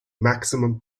maximum